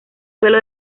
suelo